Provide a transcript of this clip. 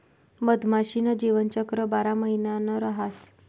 मधमाशी न जीवनचक्र बारा महिना न रहास